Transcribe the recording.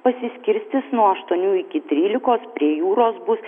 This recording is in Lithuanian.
pasiskirstys nuo aštuonių iki trylikos prie jūros bus